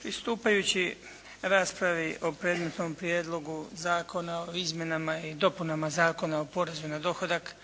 Pristupajući raspravi o predmetnom Prijedlogu zakona o izmjenama i dopunama Zakona o porezu na dohodak